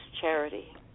Charity